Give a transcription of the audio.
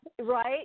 Right